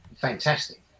fantastic